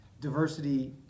diversity